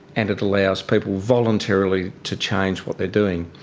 and it allows people voluntarily to change what they are doing.